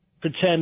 pretend